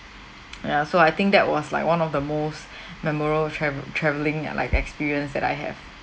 ya so I think that was like one of the most memorable trave~ travelling like experience that I have